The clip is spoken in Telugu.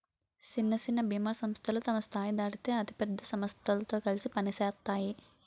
సిన్న సిన్న బీమా సంస్థలు తమ స్థాయి దాటితే అయి పెద్ద సమస్థలతో కలిసి పనిసేత్తాయి